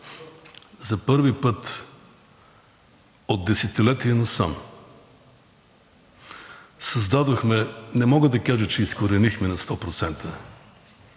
За първи път от десетилетия насам създадохме – не мога да кажа, че изкоренихме сто